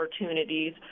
opportunities